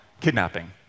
kidnapping